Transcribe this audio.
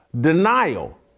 Denial